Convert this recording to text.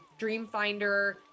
Dreamfinder